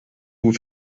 vous